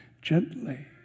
Gently